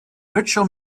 virtual